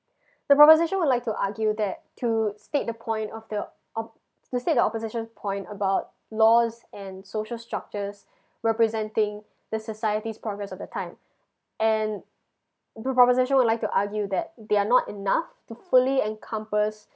the proposition would like to argue that to state the point of the op~ to state the opposition point about laws and social structures representing the society's progress of the time and the proposition would like to argue that they are not enough to fully encompass